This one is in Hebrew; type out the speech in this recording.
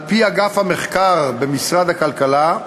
על-פי אגף המחקר במשרד הכלכלה,